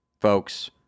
folks